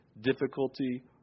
difficulty